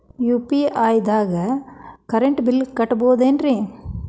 UPI ದಾಗ current bill ಕಟ್ಟಬಹುದೇನ್ರಿ?